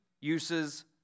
uses